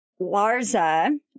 Larza